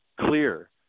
clear